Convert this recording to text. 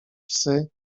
psy